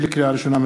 לקריאה ראשונה,